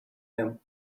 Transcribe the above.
him